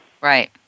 Right